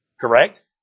Correct